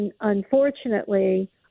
Unfortunately